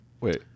Wait